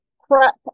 crap